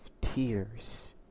tears